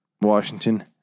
Washington